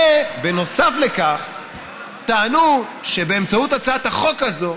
בנוסף לכך טענו, שבאמצעות הצעת החוק הזאת